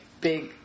big